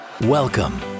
Welcome